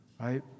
right